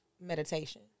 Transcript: meditation